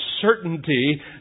certainty